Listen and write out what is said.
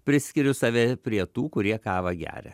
priskiriu save prie tų kurie kavą geria